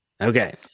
Okay